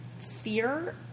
fear